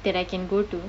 that I can go to